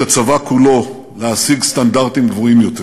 הצבא כולו להשיג סטנדרטים גבוהים יותר.